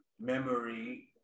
memory